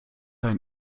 ein